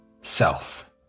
self